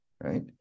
right